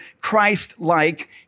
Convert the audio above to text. Christ-like